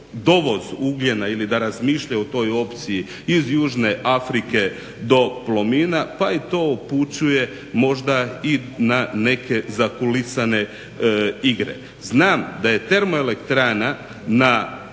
dovoz ugljena ili da razmišlja o toj opciji iz Južne Afrike do Plomina pa to upućuje možda na neke zakulisane igre. Znam da je termoelektrana na